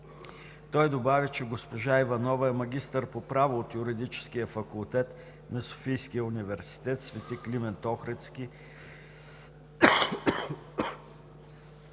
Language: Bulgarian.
Той добави, че госпожа Иванова е магистър по право от Юридическия факултет на Софийския университет „Св. Климент Охридски“